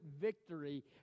victory